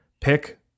pick